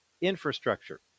infrastructure